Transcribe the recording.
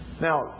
Now